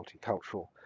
multicultural